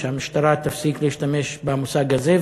שהמשטרה תפסיק להשתמש במושג הזה,